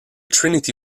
trinity